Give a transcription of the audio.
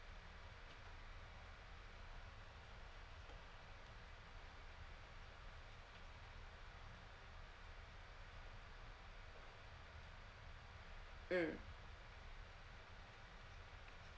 mm